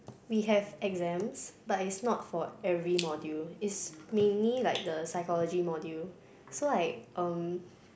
we have exams but it's not for every module is mainly like the psychology module so like um